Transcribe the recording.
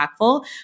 impactful